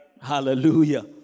Hallelujah